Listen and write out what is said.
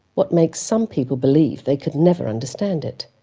what makes some people believe they could never understand it.